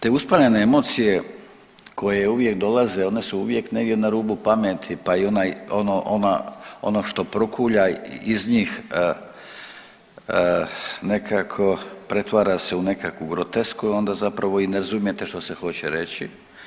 Jer te usporene emocije koje uvijek dolaze one su uvijek negdje na rubu pameti pa i onaj, ono, ona, ono što prokulja iz njih nekako pretvara se u nekakvu grotesku i onda zapravo i ne razumijete što se hoće reći.